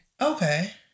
Okay